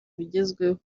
bigezweho